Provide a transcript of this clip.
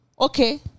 Okay